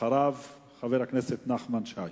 אחריו, חבר הכנסת נחמן שי.